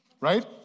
Right